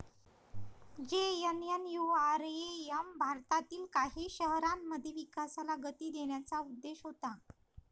JNNURM भारतातील काही शहरांमध्ये विकासाला गती देण्याचा उद्देश होता